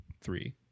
three